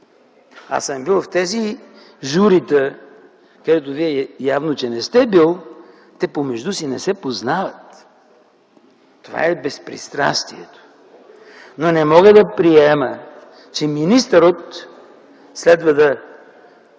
бил съм в тези журита, където Вие явно не сте бил, те помежду си не се познават. Това е безпристрастието! Но не мога да приема, че министарот следва